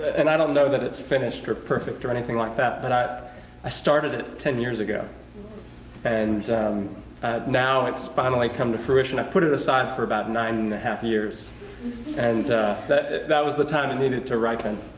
and i don't know that it's finished or perfect or anything like that but i i started it ten years ago and now it's finally come to fruition. i put it aside for about nine and a half years and that that was the time it needed to ripen.